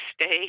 stay